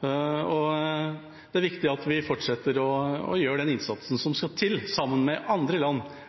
og det er viktig at vi fortsetter å gjøre den innsatsen som skal til, sammen med andre land,